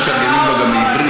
היו מתרגמים לו גם מעברית,